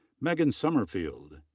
megan sommerfeld,